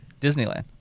Disneyland